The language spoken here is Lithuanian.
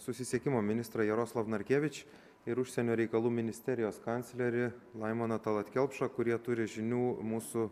susisiekimo ministrą jaroslav narkevič ir užsienio reikalų ministerijos kanclerį laimoną talat kelpšą kurie turi žinių mūsų